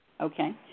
Okay